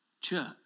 church